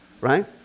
right